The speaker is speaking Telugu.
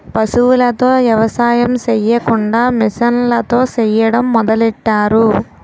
పశువులతో ఎవసాయం సెయ్యకుండా మిసన్లతో సెయ్యడం మొదలెట్టారు